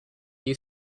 you